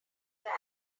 gag